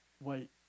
wait